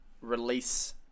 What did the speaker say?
release